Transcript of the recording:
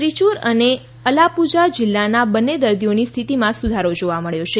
ત્રિયુર અને અલાપુઝા જિલ્લાના બંને દર્દીઓની સ્થિતિમાં સુધારો જોવા મળ્યો છે